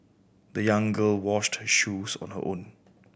the young girl washed her shoes on her own